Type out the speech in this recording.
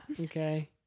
Okay